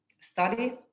study